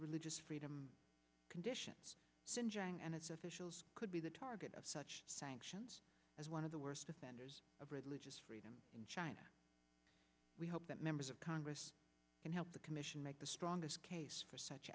religious freedom conditions singeing and its officials could be the target of such sanctions as one of the worst offenders of religious freedom in china we hope that members of congress can help the commission make the strongest case for such